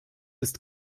ist